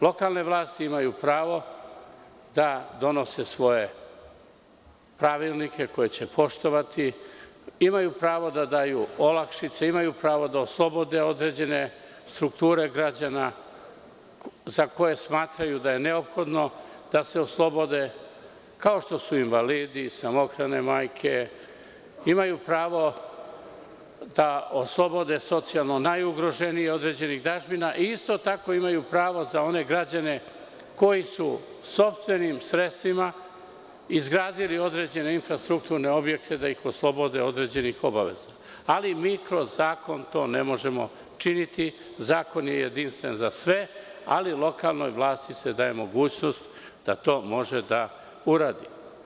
Lokalne vlasti imaju pravo da donose svoje pravilnike koje će poštovati, imaju pravo da daju olakšice, imaju pravo da oslobode određene strukture građana za koje smatraju da je neophodno da se oslobode, kao što su invalidi, samohrane majke, imaju pravo da oslobode socijalno najugroženije određenih dažbina i isto tako imaju pravo za one građane koji su sopstvenim sredstvima izgradili određene infrastrukturne objekte, da ih oslobode određenih obaveza, ali mi kroz zakon to ne možemo činiti, zakon je jedinstven za sve, ali lokalnoj vlasti se daje mogućnost da to može da uradi.